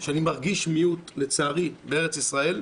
שאני מרגיש מיעוט, לצערי, בארץ ישראל,